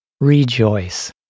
rejoice